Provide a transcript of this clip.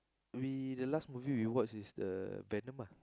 we the last movie we watched is the Venom ah